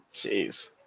Jeez